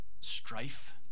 strife